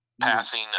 passing